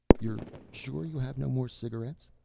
you're sure you have no more cigarettes?